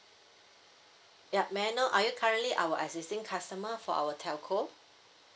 ya may I know are you currently our existing customer for our telco